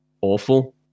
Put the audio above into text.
awful